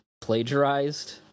plagiarized